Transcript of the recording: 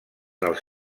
els